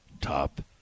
top